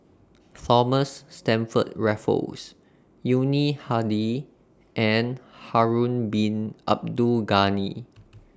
Thomas Stamford Raffles Yuni Hadi and Harun Bin Abdul Ghani